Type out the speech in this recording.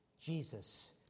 Jesus